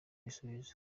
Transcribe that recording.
ibisubizo